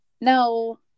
No